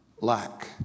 lack